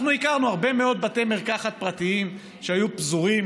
אנחנו הכרנו הרבה מאוד בתי מרקחת פרטיים שהיו פזורים,